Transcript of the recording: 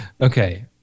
Okay